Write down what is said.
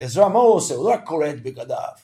עזרא מה הוא עושה? הוא רק קורע את בגדיו.